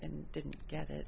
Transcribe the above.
and didn't get it